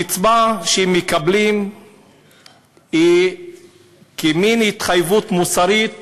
הקצבה שמקבלים היא כמן התחייבות מוסרית